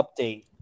update